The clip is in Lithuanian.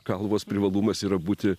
kalvos privalumas yra būti